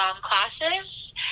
classes